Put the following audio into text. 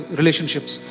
relationships